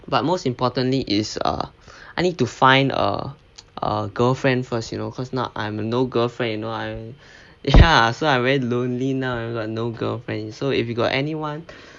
but most importantly is ah I need to find ah a girlfriend first you know cause now I've a no girlfriend you know I'm ya so I'm very lonely now I got no girlfriend so if you got anyone